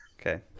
Okay